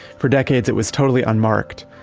for decades it was totally unmarked,